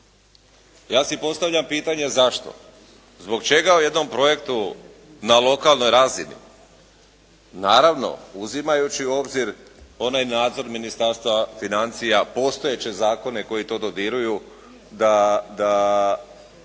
Ja si postavljam pitanje zašto? Zbog čega u jednom projektu na lokalnoj razini, naravno uzimajući u obzir onaj nadzor Ministarstva financija postojeće zakone koji to dodiruju da